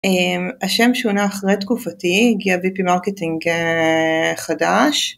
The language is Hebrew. השם שונה אחרי תקופתי הגיע vp-marketing חדש